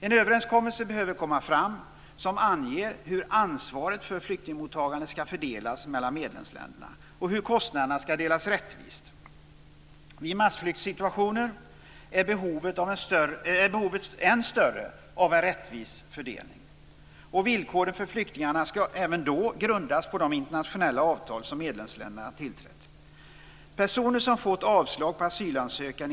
En överenskommelse behöver komma fram som anger hur ansvaret för flyktingmottagandet ska fördelas mellan medlemsländerna och hur kostnaderna ska delas rättvist. Vid massflyktssituationer är behovet än större av en rättvis fördelning. Villkoren för flyktingarna ska även då grundas på de internationella avtal som medlemsländerna har tillträtt.